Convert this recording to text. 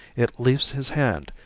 it leaves his hand,